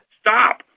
stop